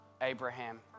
Abraham